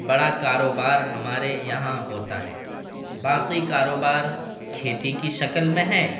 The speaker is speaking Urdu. بڑا کاروبار ہمارے یہاں ہوتا ہے باقی کاروبار کھیتی کی شکل میں ہے